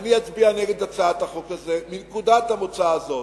אני אצביע נגד הצעת החוק הזאת מנקודת המוצא הזאת,